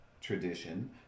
tradition